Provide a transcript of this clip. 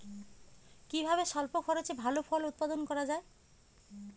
কিভাবে স্বল্প খরচে ভালো ফল উৎপাদন করা যায়?